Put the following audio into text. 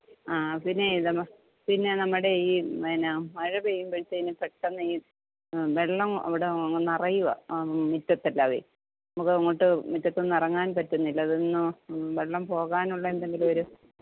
ആ പിന്നെ ന പിന്നെ നമ്മുടെ ഈ എന്നാൽ മഴ പെയ്യുമ്പോഴ്ത്തേനും പെട്ടന്ന് ഈ വെള്ളം അവിടെ അങ്ങ് നിറയുവാ മിറ്റത്തെല്ലാവേ നമുക്ക് അങ്ങോട്ട് മിറ്റത്തെന്നും അങ്ങോട്ട് ഇറങ്ങാൻ പറ്റുന്നില്ല അതന്നെ വെള്ളം പോകാനുള്ള എന്തെങ്കിലും ഒരു